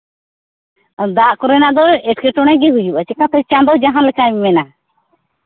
ᱟᱨ ᱫᱟᱜ ᱠᱚᱨᱮᱱᱟᱜ ᱫᱚ ᱮᱴᱠᱮᱴᱚᱬᱮ ᱜᱮ ᱦᱩᱭᱩᱜᱼᱟ ᱪᱤᱠᱟᱛᱮ ᱪᱟᱸᱫᱚ ᱡᱟᱦᱟᱸ ᱞᱮᱠᱟᱭ ᱢᱮᱱᱟ